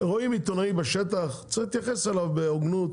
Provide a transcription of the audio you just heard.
רואים עיתונאי בשטח צריך להתייחס אליו בהוגנות